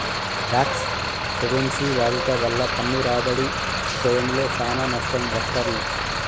talks హెవెన్సి వాడుట వల్ల పన్ను రాబడి ఇశయంలో సానా నష్టం వత్తది